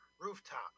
rooftop